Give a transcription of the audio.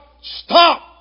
stop